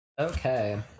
Okay